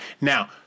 Now